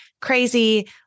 crazy